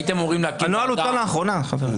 הייתם אמורים להקים ועדה.